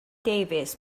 davies